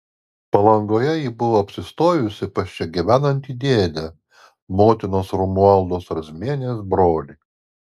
palangoje ji buvo apsistojusi pas čia gyvenantį dėdę motinos romualdos razmienės brolį